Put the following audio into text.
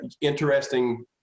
interesting